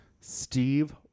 Steve